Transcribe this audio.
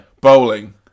Bowling